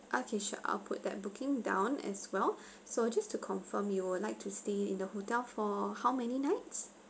okay sure I'll put that booking down as well so just to confirm you would like to stay in the hotel for how many nights